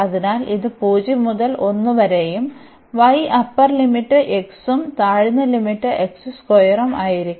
അതിനാൽ ഇത് 0 മുതൽ 1 വരെയും y അപ്പർ ലിമിറ്റ് x ഉം താഴ്ന്ന ലിമിറ്റ് ഉം ആയിരിക്കും